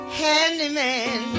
handyman